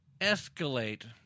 escalate